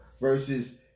versus